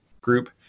group